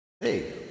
Hey